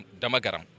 Damagaram